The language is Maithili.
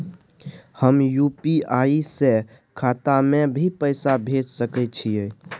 हम यु.पी.आई से खाता में भी पैसा भेज सके छियै?